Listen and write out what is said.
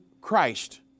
Christ